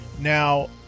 Now